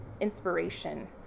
inspiration